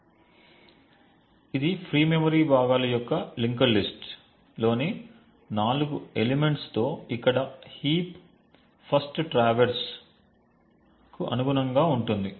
కాబట్టి ఇది free memory భాగాల యొక్క లింక్డ్ లిస్ట్లోని 4 ఎలిమెంట్స్ తో ఇక్కడ హీప్ ఫస్ట్ ట్రావెర్స్ కు అనుగుణంగా ఉంటుంది